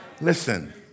Listen